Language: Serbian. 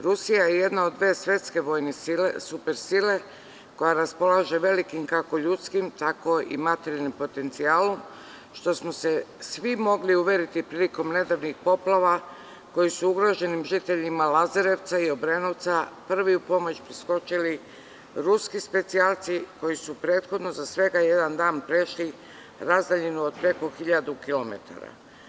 Rusija je jedna od dve svetske vojne super sile, koja raspolaže velikim kako ljudskim tako i materijalnim potencijalom, što smo se svi mogli uveriti prilikom nedavnih poplava, kada su ugroženi žiteljima Lazarevca i Obrenovca prvi u pomoć priskočili ruski specijalci koji su prethodno za svega jedan dan prešli razdaljinu od preko 1.000 kilometara.